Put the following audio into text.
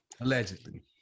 allegedly